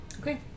Okay